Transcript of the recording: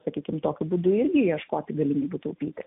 sakykim tokiu būdu irgi ieškoti galimybių taupyti